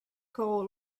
call